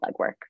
legwork